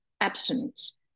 abstinence